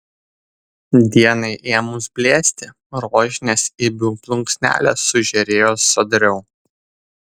dienai ėmus blėsti rožinės ibių plunksnelės sužėrėjo sodriau